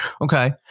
Okay